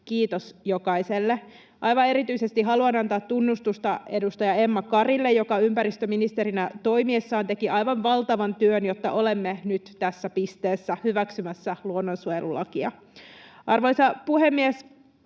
kiitos jokaiselle. Aivan erityisesti haluan antaa tunnustusta edustaja Emma Karille, joka ympäristöministerinä toimiessaan teki aivan valtavan työn, jotta olemme nyt tässä pisteessä, hyväksymässä luonnonsuojelulakia. Arvoisa puhemies!